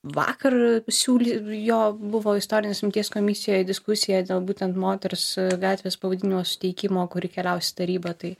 vakar siūlė jo buvo istorinės atminties komisijoj diskusija dėl būtent moters gatvės pavadinimo suteikimo kuri keliaus į tarybą tai